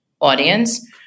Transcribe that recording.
audience